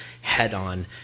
head-on